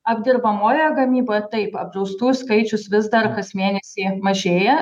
apdirbamojoje gamyboje taip apdraustųjų skaičius vis dar kas mėnesį mažėja